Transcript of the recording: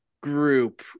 group